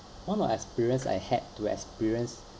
one of experience I had to experience